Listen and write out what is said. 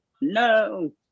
no